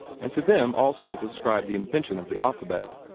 and to them also is ascribed the invention of the alphabet.